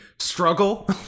Struggle